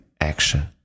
action